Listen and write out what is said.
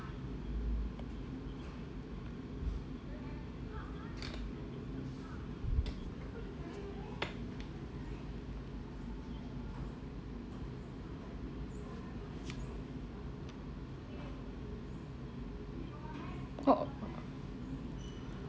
oh